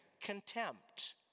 Contempt